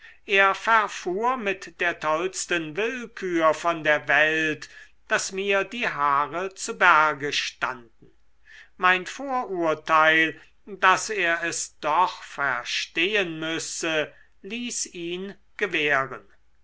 er verfuhr mit der tollsten willkür von der welt daß mir die haare zu berge standen mein vorurteil daß er es doch verstehen müsse ließ ihn gewähren